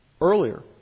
earlier